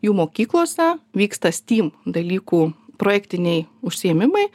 jų mokyklose vyksta steam dalykų projektiniai užsiėmimai